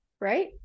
right